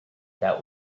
that